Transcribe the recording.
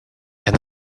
and